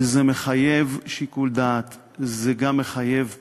זה מחייב שיקול דעת, זה גם מחייב פשרות,